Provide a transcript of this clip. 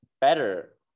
better